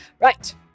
Right